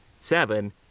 seven